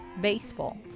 baseball